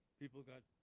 people got